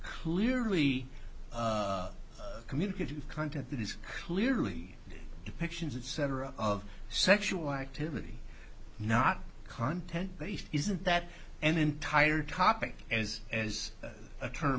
learly communicative content that is clearly depictions of several of sexual activity not content but isn't that an entire topic is as a term